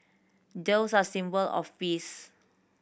doves are symbol of peace